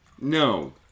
No